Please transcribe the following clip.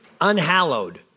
unhallowed